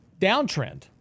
downtrend